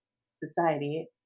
society